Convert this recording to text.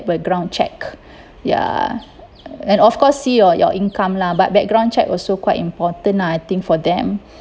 background check ya and of course see your your income lah but background check also quite important lah I think for them